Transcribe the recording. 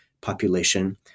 population